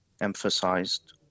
emphasized